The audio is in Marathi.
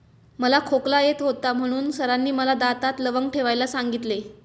मला खोकला येत होता म्हणून सरांनी मला दातात लवंग ठेवायला सांगितले